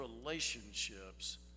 relationships